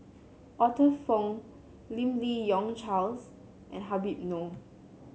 Arthur Fong Lim Li Yong Charles and Habib Noh